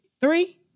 Three